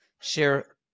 share